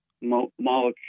molecule